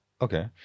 Okay